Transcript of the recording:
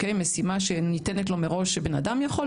משימה שניתנת לו מראש שבן-אדם יכול,